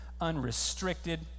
unrestricted